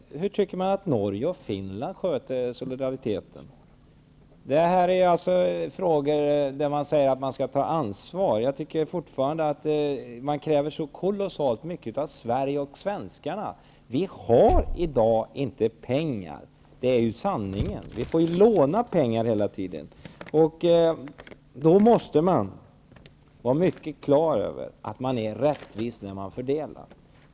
Norge och Finland sköter solidariteten? Detta är frågor där det sägs att man skall ta ansvar. Jag tycker fortfarande att man kräver så kolossalt mycket av Sverige och svenskarna. Vi har i dag inte pengar, det är sanningen. Vi får låna pengar hela tiden. Då måste man ha mycket klart för sig att man är rättvis när man fördelar.